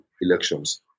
elections